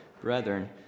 brethren